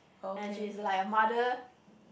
and she is like a mother